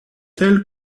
tel